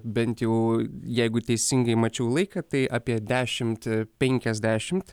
bent jau jeigu teisingai mačiau laiką tai apie dešimt penkiasdešimt